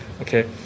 Okay